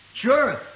Sure